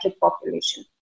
population